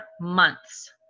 months